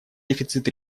дефицит